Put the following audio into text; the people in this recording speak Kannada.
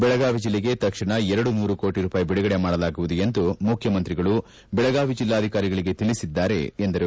ಬೆಳಗಾವಿ ಜಿಲ್ಲೆಗೆ ತಕ್ಷಣ ಎರಡು ನೂರು ಕೋಟ ರೂಪಾಯಿ ಬಿಡುಗಡೆ ಮಾಡಲಾಗುವುದು ಎಂದು ಮುಖ್ಯಮಂತ್ರಿಗಳು ಬೆಳಗಾವಿ ಜೆಲ್ಲಾಧಿಕಾರಿಗಳಿಗೆ ತಿಳಿಸಿದ್ದಾರೆ ಎಂದರು